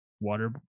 water